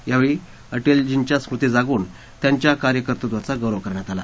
यावेळी अटलजींच्या स्मृती जागवून त्यांच्या कार्य कर्तृत्वाचा गौरव करण्यात आला